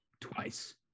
twice